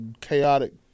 chaotic